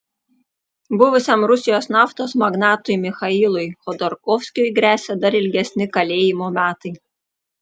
buvusiam rusijos naftos magnatui michailui chodorkovskiui gresia dar ilgesni kalėjimo metai